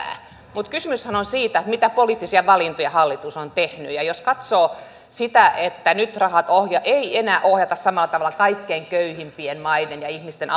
mutta kysymyshän on siitä mitä poliittisia valintoja hallitus on tehnyt ja jos katsoo sitä että nyt rahaa ei enää ohjata samalla tavalla kaikkein köyhimpien maiden ja ihmisten